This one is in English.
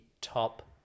top